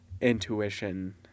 intuition